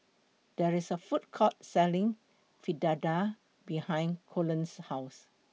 There IS A Food Court Selling Fritada behind Colten's House